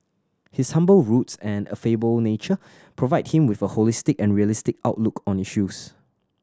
his humble roots and affable nature provide him with a holistic and realistic outlook on issues